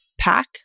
pack